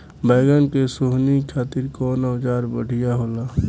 बैगन के सोहनी खातिर कौन औजार बढ़िया होला?